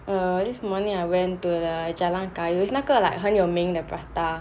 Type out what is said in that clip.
err this morning I went to the jalan kayu it's 那个 like 很有名的 prata